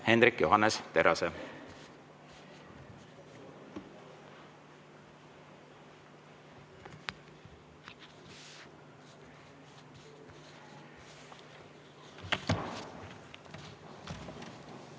Hendrik Johannes Terrase.